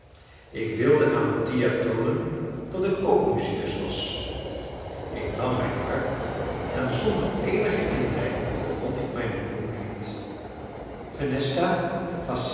ik wilde aan mattia toonen dat ik ook musicus was ik nam mijn harp en zonder eenige inleiding begon ik mijn beroemd lied